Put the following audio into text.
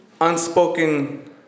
unspoken